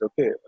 Okay